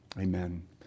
Amen